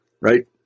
right